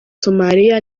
somalia